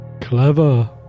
Clever